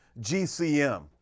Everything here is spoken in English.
GCM